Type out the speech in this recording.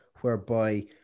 whereby